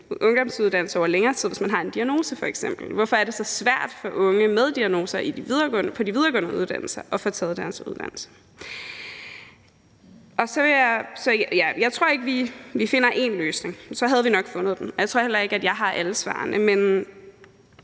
ungdomsuddannelse over længere tid, hvis man f.eks. har en diagnose? Hvorfor er det så svært for unge med diagnoser på de videregående uddannelser at få taget deres uddannelse? Jeg tror ikke, at vi finder én løsning, for så havde vi nok fundet den, og jeg tror heller ikke, at jeg har alle svarene, men